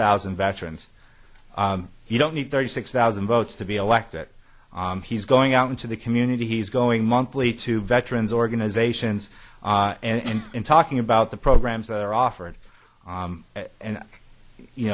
thousand veterans you don't need thirty six thousand votes to be elected he's going out into the community he's going monthly to veterans organizations and in talking about the programs that are offered and you